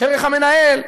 דרך המנהל,